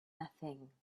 nothing